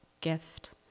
gift